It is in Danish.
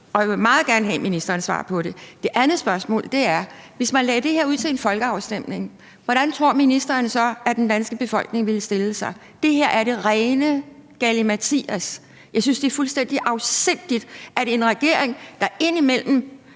Og jeg vil meget gerne have ministerens svar på det. Det andet spørgsmål er: Hvis man lagde det her ud til folkeafstemning, hvordan tror ministeren så den danske befolkning ville stille sig? Det her er det rene galimatias. Jeg synes, det er fuldstændig afsindigt, at en regering, der indimellem